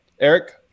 Eric